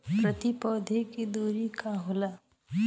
प्रति पौधे के दूरी का होला?